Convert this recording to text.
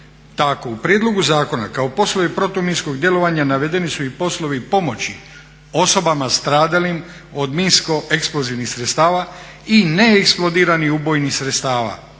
tako u prijedlogu zakona kao poslove protuminskog djelovanja navedeni su i poslovi pomoći osobama stradalim od minsko-eksplozivnih sredstava i neeksplodiranih ubojnih sredstava